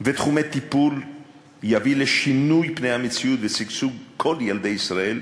ותחומי טיפול יביא לשינוי פני המציאות ולשגשוג כל ילדי ישראל,